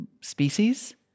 species